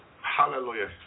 Hallelujah